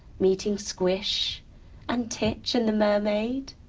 meeting squish and titch and the mermaid.